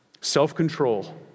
Self-control